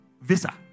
visa